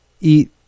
eat